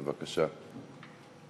בבקשה,